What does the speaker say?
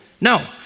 No